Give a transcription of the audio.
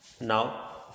Now